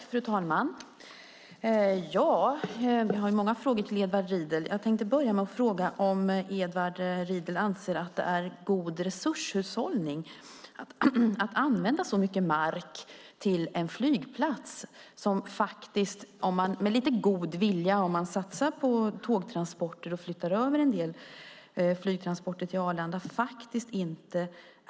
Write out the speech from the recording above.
Fru talman! Jag har många frågor till Edward Riedl. Anser Edward Riedl att det är god resurshushållning att använda så mycket mark till en flygplats som inte är alldeles nödvändig om man med lite god vilja satsar på tågtransporter och överflytt av en del flygtransporter till Arlanda?